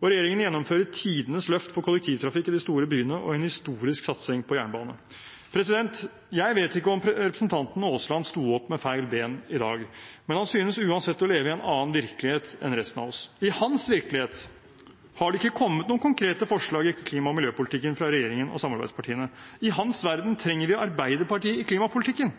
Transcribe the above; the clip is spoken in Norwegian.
Og regjeringen gjennomfører tidenes løft for kollektivtrafikk i de store byene og en historisk satsing på jernbane. Jeg vet ikke om representanten Aasland sto opp med feil ben i dag. Men han synes uansett å leve i en annen virkelighet enn resten av oss. I hans virkelighet har det ikke kommet noen konkrete forslag i klima- og miljøpolitikken fra regjeringen og samarbeidspartiene. I hans verden trenger vi Arbeiderpartiet i klimapolitikken.